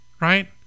right